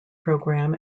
program